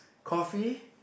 coffee